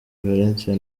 valencia